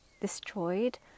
destroyed